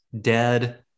dead